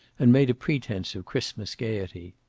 and made a pretense of christmas gayety.